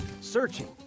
searching